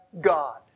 God